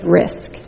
risk